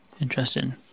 Interesting